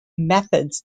methods